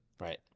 Right